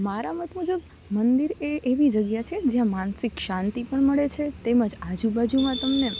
મારા મત મુજબ મંદિર એ એવી જગ્યા છે જ્યાં માનસિક શાંતિ પણ મળે છે તેમજ આજુબાજુમાં તમને